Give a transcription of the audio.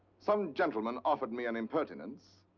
some gentleman offered me an impertinence.